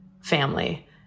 family